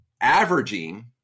averaging